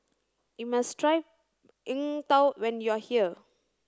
you must try Png Tao when you are here